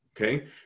okay